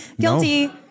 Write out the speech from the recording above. Guilty